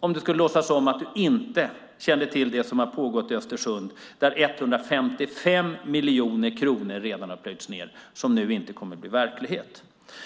att låtsas som att du inte kände till det som har pågått i Östersund. Där har 155 miljoner redan plöjts ned i något som inte kommer att bli verklighet.